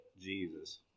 Jesus